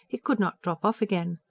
he could not drop off again.